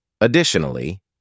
Additionally